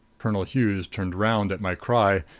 colonel hughes turned round at my cry,